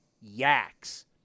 yaks